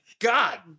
God